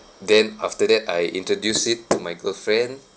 then after that I introduce it to my girlfriend